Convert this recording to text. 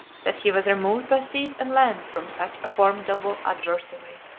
that he was removed by seas and lands from such a formidable adversary.